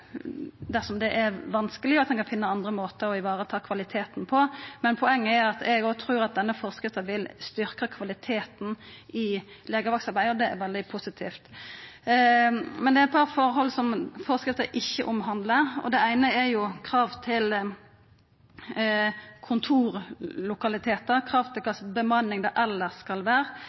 vanskeleg, og at ein kan finna andre måtar å vareta kvaliteten på. Poenget er at òg eg trur at denne forskrifta vil styrkja kvaliteten i legevaktsarbeidet. Det er veldig positivt. Det er eit par forhold som forskrifta ikkje omhandlar. Det eine er krav til kontorlokalitetar og krav til kva bemanning det elles skal